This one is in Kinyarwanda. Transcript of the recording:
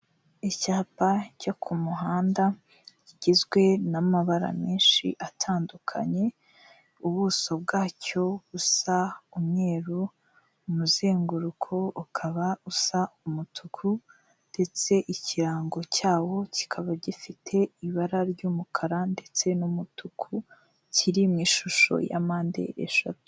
Icyapa cyo ku muhanda kigizwe n'amabara menshi atandukanye ubuso bwacyo busa umweru umuzenguruko ukaba usa umutuku ndetse ikirango cyawo kikaba gifite ibara ry'umukara ndetse n'umutuku kiri mu ishusho ya mpande eshatu.